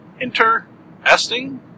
Interesting